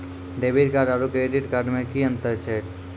Debit card आरू credit card मे कि अन्तर छैक?